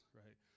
right